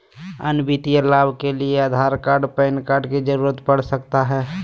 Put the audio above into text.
अन्य वित्तीय लाभ के लिए आधार कार्ड पैन कार्ड की जरूरत पड़ सकता है?